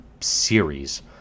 series